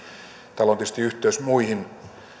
tietysti yhteys muihin